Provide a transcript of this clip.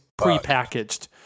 prepackaged